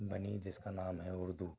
بنی جس کا نام ہے اُردو